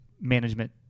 management